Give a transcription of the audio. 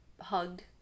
hugged